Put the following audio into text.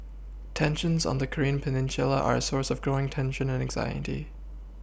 tensions on the Korean peninsula are a source of growing tension and anxiety